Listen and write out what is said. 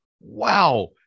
wow